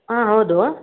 ಹಾಂ ಹೌದು